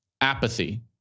apathy